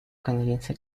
canadiense